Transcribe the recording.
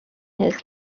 his